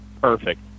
Perfect